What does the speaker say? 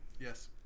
Yes